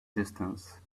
distance